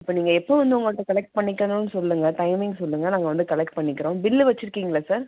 இப்போ நீங்கள் எப்போ வந்து உங்கள்கிட்ட கலெக்ட் பண்ணிக்கணும்னு சொல்லுங்கள் டைமிங் சொல்லுங்கள் நாங்கள் வந்து கலெக்ட் பண்ணிக்கிறோம் பில்லு வச்சுருக்கிங்களா சார்